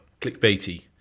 clickbaity